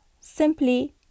simply